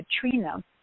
Katrina